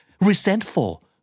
Resentful